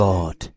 God